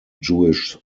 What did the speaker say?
jewish